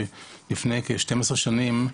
לפני כ-10 שנים,